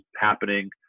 happening